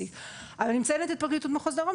אבל אני מציינת את פרקליטות מחוז דרום